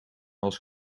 als